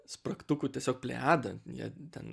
spragtukų tiesiog plejadą jie ten